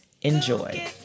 Enjoy